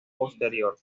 posterior